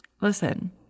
Listen